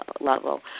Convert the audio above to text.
level